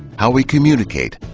how we communicate,